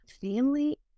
Family